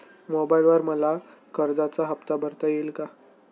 मोबाइलवर मला कर्जाचा हफ्ता भरता येईल का?